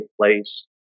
place